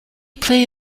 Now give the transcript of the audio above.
play